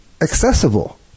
accessible